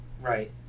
Right